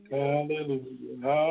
hallelujah